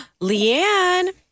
Leanne